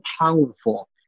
powerful